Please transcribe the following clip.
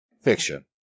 Fiction